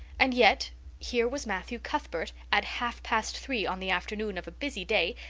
and yet here was matthew cuthbert, at half-past three on the afternoon of a busy day,